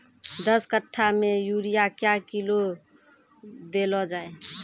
दस कट्ठा मे यूरिया क्या किलो देलो जाय?